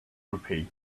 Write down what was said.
rupee